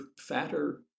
fatter